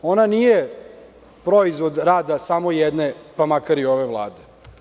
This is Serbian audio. Ona nije proizvod rada samo jedne, pa makar i ove Vlade.